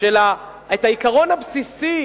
את העיקרון הבסיסי